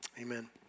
Amen